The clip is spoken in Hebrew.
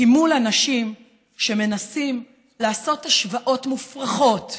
כי מול אנשים שמנסים לעשות השוואות מופרכות